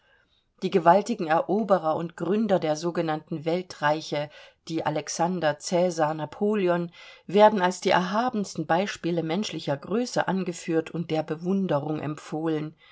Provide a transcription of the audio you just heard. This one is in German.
die gewaltigen eroberer und gründer der sogenannten weltreiche die alexander cäsar napoleon werden als die erhabensten beispiele menschlicher größe angeführt und der bewunderung empfohlen